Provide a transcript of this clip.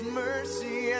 mercy